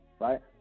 right